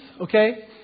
okay